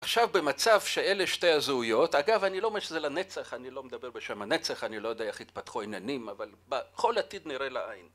עכשיו במצב שאלה שתי הזהויות, אגב אני לא אומר שזה לנצח, אני לא מדבר בשם הנצח אני לא יודע איך יתפתחו העניינים. אבל בכל עתיד נראה לעין